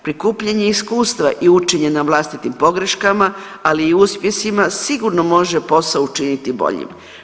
Prikupljanje iskustva i učenje na vlastitim pogreškama ali i uspjesima sigurno može posao učiniti boljim.